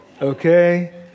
okay